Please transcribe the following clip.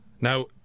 Now